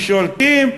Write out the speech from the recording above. ששולטים,